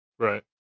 Right